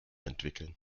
entwickeln